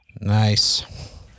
Nice